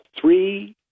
three